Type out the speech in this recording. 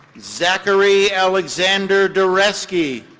zachary alexander dureski.